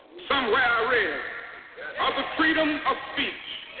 somewhere i read of the freedom of speech.